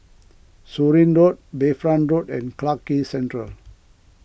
Surin Road Bayfront Drive and Clarke Quay Central